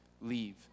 leave